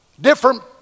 Different